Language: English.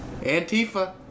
Antifa